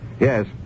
Yes